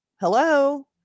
hello